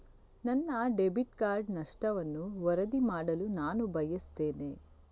ನನ್ನ debit card ನಷ್ಟವನ್ನು ವರದಿ ಮಾಡಲು ನಾನು ಬಯಸ್ತೆನೆ